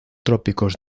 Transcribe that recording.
trópicos